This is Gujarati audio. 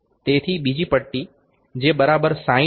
તેથી બીજી પટ્ટી જે બરાબર 60 બાય 100 છે તે 0